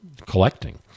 collecting